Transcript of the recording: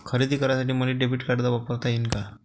खरेदी करासाठी मले डेबिट कार्ड वापरता येईन का?